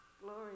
Glory